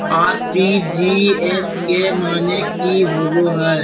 RTGS के माने की होबो है?